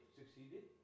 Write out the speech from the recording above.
succeeded